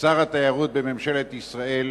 טרומית ותעבור לדיון בוועדת העבודה,